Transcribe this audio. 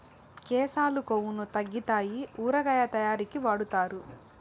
కేశాలు కొవ్వును తగ్గితాయి ఊరగాయ తయారీకి వాడుతారు